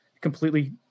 completely